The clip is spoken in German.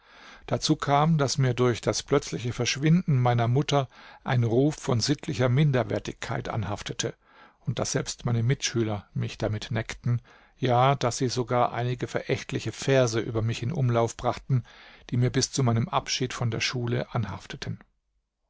dazu kam daß mir durch das plötzliche verschwinden meiner mutter ein ruf von sittlicher minderwertigkeit anhaftete und daß selbst meine mitschüler mich damit neckten ja daß sie sogar einige verächtliche verse über mich in umlauf brachten die mir bis zu meinem abschied von der schule anhafteten